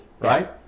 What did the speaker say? right